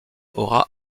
aura